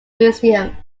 museum